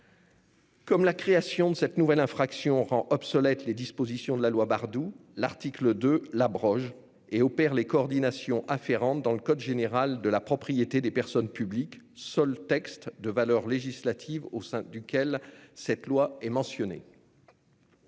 Comme la création de cette nouvelle infraction rend obsolètes les dispositions de la loi Bardoux, l'article 2 l'abroge et opère les coordinations afférentes dans le code général de la propriété des personnes publiques, seul texte de valeur législative au sein duquel cette loi est mentionnée.